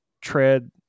tread